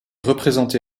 représenté